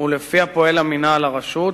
ולפיה פועל המינהל, הרשות.